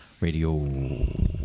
Radio